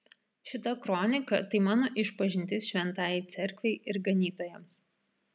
šita kronika tai mano išpažintis šventajai cerkvei ir ganytojams